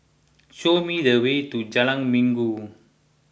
show me the way to Jalan Minggu